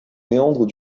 méandres